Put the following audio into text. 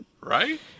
Right